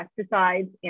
pesticides